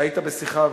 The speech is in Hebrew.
כשהיית בשיחה,